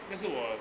那时我